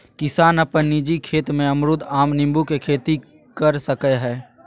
किसान अपन निजी खेत में अमरूद, आम, नींबू के खेती कर सकय हइ